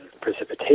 precipitation